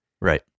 Right